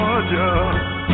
Georgia